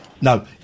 No